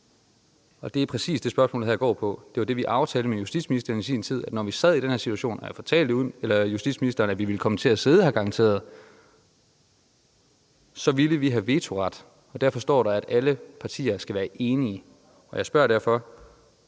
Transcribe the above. og det er præcis det, som spørgsmålet her går på. Og det var det, vi aftalte med justitsministeren i sin tid, altså at når vi sad i den her situation – som jeg fortalte justitsministeren at vi garanteret ville komme til at sidde i – så ville vi have vetoret. Og derfor står der, at alle partier skal være enige. Jeg spørger derfor: